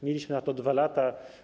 Mieliśmy na to 2 lata.